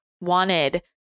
wanted